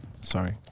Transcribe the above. Sorry